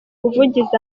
ubuvugizi